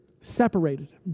separated